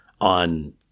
on